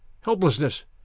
helplessness